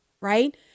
right